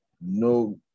no